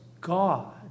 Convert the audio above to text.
God